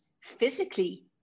physically